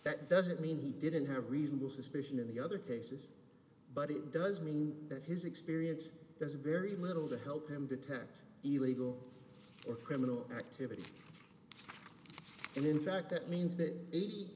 that doesn't mean he didn't have reasonable suspicion in the other cases but it does mean that his experience is very little to help him detect illegal or criminal activity and in fact that means that eighty